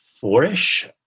four-ish